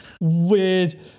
weird